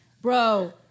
Bro